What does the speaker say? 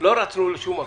לא רצנו לשום מקום.